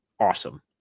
awesome